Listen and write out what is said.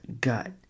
gut